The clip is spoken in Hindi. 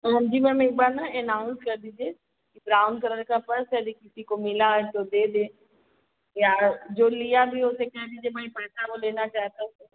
हाँ जी मैम एक बार ना अनाउंस कर दीजिए कि ब्राउन कलर का पर्स यदि किसी को मिला तो दे दें या जो लिया भी उसे कह दीजिए भाई पैसा वह लेना चाहता हो तो